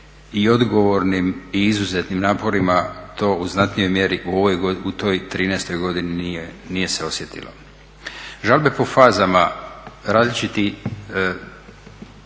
i odgovornim i izuzetnim naporima to u znatnijoj mjeri u toj trinaestoj godini nije se osjetilo. Žalbe po fazama različiti